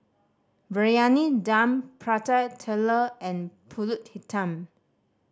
Briyani Dum Prata Telur and Pulut Hitam